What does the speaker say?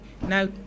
now